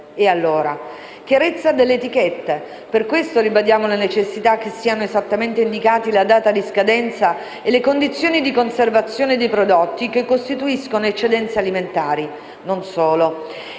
necessaria chiarezza delle etichette. Per questo ribadiamo la necessità che siano esattamente indicati la data di scadenza e le condizioni di conservazione dei prodotti che costituiscono eccedenze alimentari. Non solo.